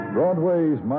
Broadway's